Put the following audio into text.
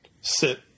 sit